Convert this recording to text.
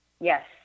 Yes